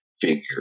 figure